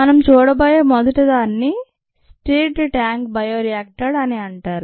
మనం చూడబోయే మొదటి దానిని స్టిర్డ్ ట్యాంక్ బయోరియాక్టర్ అని అంటారు